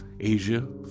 Asia